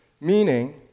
Meaning